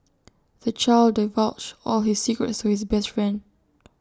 the child divulged all his secrets to his best friend